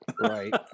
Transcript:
right